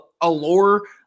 allure